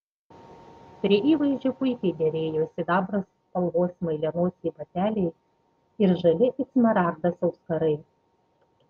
prie įvaizdžio puikiai derėjo sidabro spalvos smailianosiai bateliai ir žali it smaragdas auskarai